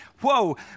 Whoa